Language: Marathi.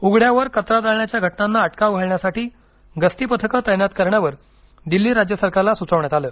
उघड्यावर कचरा जाळण्याच्या घटनांना अटकाव घालण्यासाठी गस्ती पथके तैनात करण्यावर दिल्ली राज्य सरकारला सुचवण्यात आलं